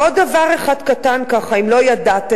ועוד דבר אחד קטן, ככה, אם לא ידעתם,